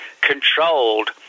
controlled